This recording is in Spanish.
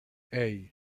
hey